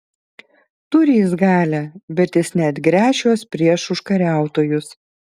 turi jis galią bet jis neatgręš jos prieš užkariautojus